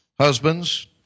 Husbands